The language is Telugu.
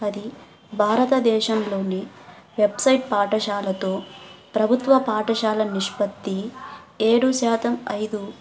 అది భారతదేశంలోని వెబ్సైట్ పాఠశాలతో ప్రభుత్వ పాఠశాల నిష్పత్తి ఏడు శాతం అయిదు